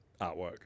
artwork